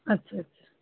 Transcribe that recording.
আচ্ছা আচ্ছা